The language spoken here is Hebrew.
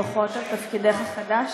וברכות על תפקידך החדש.